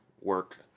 work